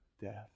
death